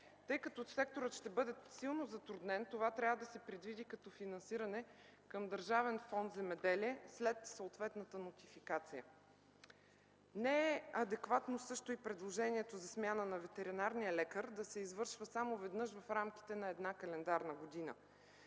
Тъй като секторът ще бъде силно затруднен, това трябва да се предвиди като финансиране към Държавен фонд „Земеделие” след съответната нотификация. Не е адекватно и предложението за смяна на ветеринарния лекар – да се извършва само веднъж в рамките на една календарна година.